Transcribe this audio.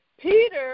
Peter